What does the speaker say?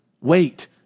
wait